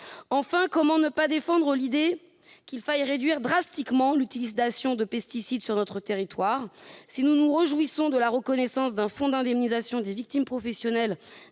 Enfin, comment ne pas défendre l'idée qu'il faut réduire drastiquement l'utilisation de pesticides sur notre territoire ? Si nous nous réjouissons de la reconnaissance d'un fonds d'indemnisation des victimes professionnelles